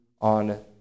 on